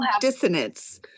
dissonance